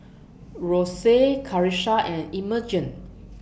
Rosey Karissa and Imogene